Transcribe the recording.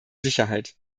sicherheit